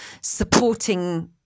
supporting